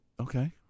okay